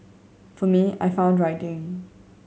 for me I found writing